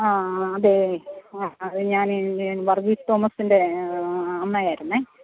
ആ അതെ ഞാനെ വർഗീസ് തോമസിൻ്റെ അമ്മ ആയിരുന്നേ